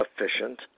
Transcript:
efficient